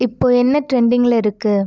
இப்போது என்ன டிரெண்டிங்கில் இருக்குது